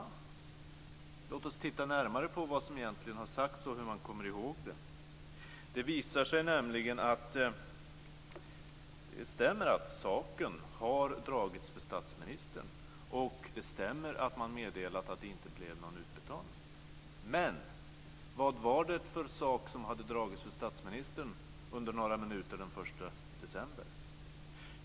Nja, låt oss titta närmare på vad som egentligen har sagts och hur man kommer ihåg det. Det visar sig nämligen att det stämmer att saken har dragits för statsministern, och det stämmer att man meddelat att det inte blev någon utbetalning. Men vad var det för sak som hade dragits för statsministern under några minuter den 1 december?